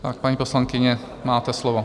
Tak paní poslankyně, máte slovo.